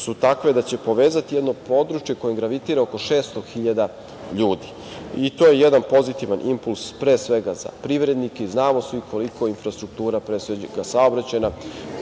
su takve da će povezati jedno područje kojim gravitira oko 600 hiljada ljudi. To je jedan pozitivan impuls pre svega za privrednike, jer znamo svi koliko infrastruktura, pre svega saobraćajna,